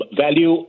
Value